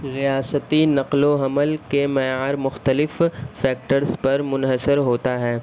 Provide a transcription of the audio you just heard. ریاستی نقل وحمل کے معیار مختلف فیکٹرس پر منحصر ہوتا ہے